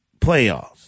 playoffs